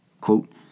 Quote